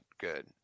good